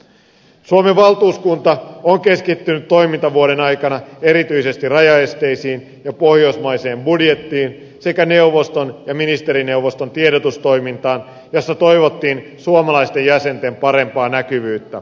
suomen valtuuskunta on keskittynyt toimintavuoden aikana erityisesti rajaesteisiin ja pohjoismaiseen budjettiin sekä neuvoston ja ministerineuvoston tiedotustoimintaan johon toivottiin suomalaisten jäsenten parempaa näkyvyyttä